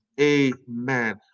Amen